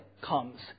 comes